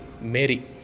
Mary